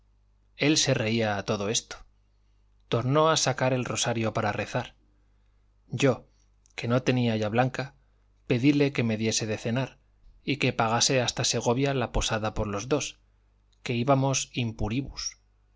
él se reía a todo esto tornó a sacar el rosario para rezar yo que no tenía ya blanca pedíle que me diese de cenar y que pagase hasta segovia la posada por los dos que íbamos